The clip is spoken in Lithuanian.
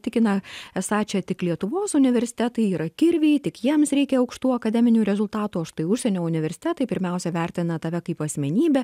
tikina esą čia tik lietuvos universitetai yra kirviai tik jiems reikia aukštų akademinių rezultatų o štai užsienio universitetai pirmiausia vertina tave kaip asmenybę